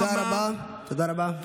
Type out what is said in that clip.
תודה רבה.